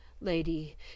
Lady